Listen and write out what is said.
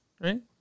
right